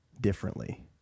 differently